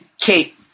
Kate